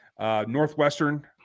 Northwestern